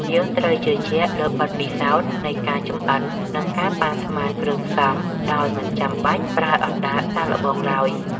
យើងត្រូវជឿជាក់លើបទពិសោធន៍នៃការចម្អិន និងការប៉ាន់ស្មានគ្រឿងផ្សំដោយមិនចាំបាច់ប្រើអណ្តាតសាកល្បងឡើយ។